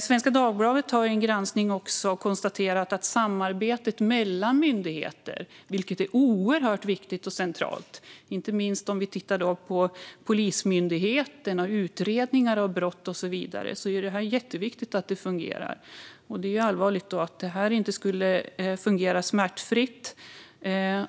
Svenska Dagbladet har i en granskning också konstaterat att samarbetet mellan myndigheter, som är oerhört centralt, inte minst när det gäller Polismyndigheten och utredningar av brott och så vidare, inte fungerar smärtfritt, vilket är allvarligt.